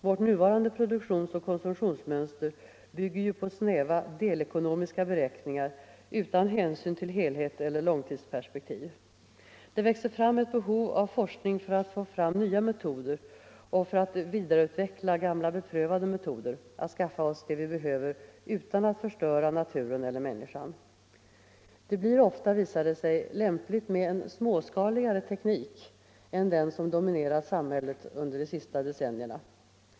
Vårt nuvarande produktionsoch konsumtionsmönster bygger ju på snäva delekonomiska beräkningar utan hänsyn till helhet eller långtidsperspektiv. Det växer fram ett behov av forskning för att få fram nya metoder och vidareutveckla gamla beprövade metoder att skaffa oss det vi behöver utan att förstöra naturen eller människan. Det blir ofta, visar det sig, lämpligt med en småskaligare teknik än den som dominerat samhället under de senaste decennierna.